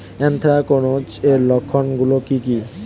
Anthracnose এর লক্ষণ গুলো কি কি?